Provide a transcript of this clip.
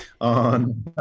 on